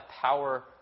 power